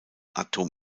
atom